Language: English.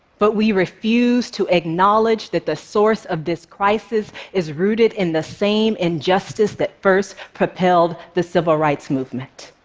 but we refuse to acknowledge that the source of this crisis is rooted in the same injustice that first propelled the civil rights movement.